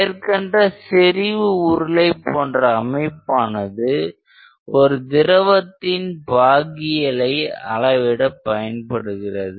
மேற்கண்ட செறிவு உருளை போன்ற அமைப்பானது ஒரு திரவத்தின் பாகியலை அளவிட பயன்படுகிறது